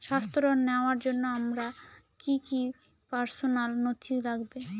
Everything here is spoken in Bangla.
স্বাস্থ্য ঋণ নেওয়ার জন্য আমার কি কি পার্সোনাল নথি লাগবে?